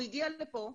הוא הגיע לפה,